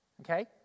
Okay